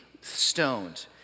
stoned